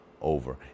over